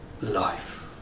life